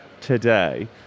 today